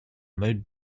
meute